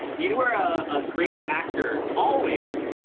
you were a great actor always.